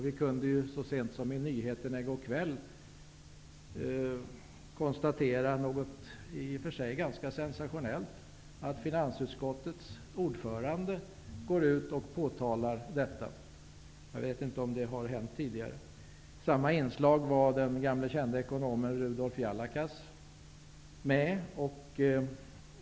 Vi kunde så sent som i nyheterna i går kväll konstatera något i och för sig ganska sensationellt, nämligen att finansutskottets ordförande gick ut och påtalade detta. Jag vet inte om det har hänt tidigare. I samma inslag var den gamle kände ekonomen Rudolf Jalakas med.